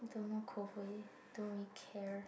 don't know Koh-Hui don't really care